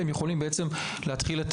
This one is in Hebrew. והם יכולים להתחיל את